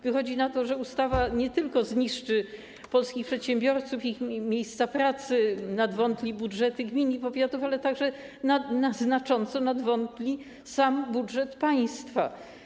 Wychodzi na to, że ustawa nie tylko zniszczy polskich przedsiębiorców i ich miejsca pracy, nadwątli budżety gmin i powiatów, ale także znacząco nadwątli sam budżet państwa.